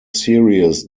series